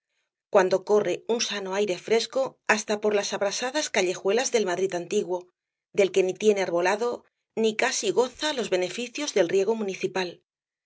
cuando corre un sano aire fresco hasta por las abrasadas callejuelas del madrid antiguo del que ni tiene arbolado ni casi goza los beneficios del riego municipal